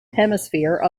hemisphere